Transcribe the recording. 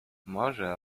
może